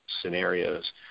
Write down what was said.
scenarios